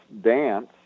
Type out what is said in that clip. dance